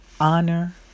honor